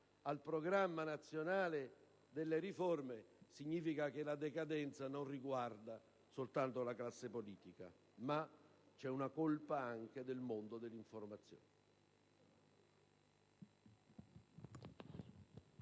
al Programma nazionale di riforma, significa che la decadenza non riguarda soltanto la classe politica e che c'è una colpa anche del mondo dell'informazione.